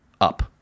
up